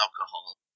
alcohol